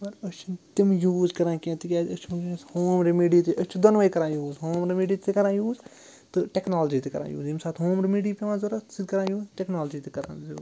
أسۍ چھِنہٕ تِم یوٗز کَران کیٚنٛہہ تِکیٛازِ أسۍ چھِ وٕنۍکٮ۪نَس ہوم رٮ۪مِڈی تہِ أسۍ چھِ دۄنوَے کَران یوٗز ہوم رِمِڈی تہِ کَران یوٗز تہٕ ٹٮ۪کنالجی تہِ کَران یوٗز ییٚمہِ ساتہٕ ہوم ریمِڈی پٮ۪وان